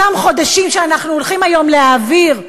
אותם חודשים שאנחנו הולכים היום להעביר,